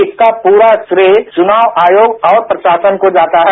इसका पूरा श्रेय चुनाव आयोग और प्रशासन को जाता है